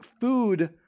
food